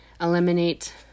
eliminate